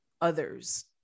others